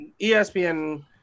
ESPN